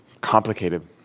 complicated